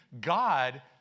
God